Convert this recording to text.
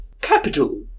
capital